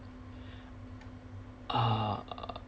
uh